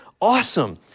awesome